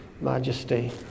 Majesty